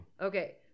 Okay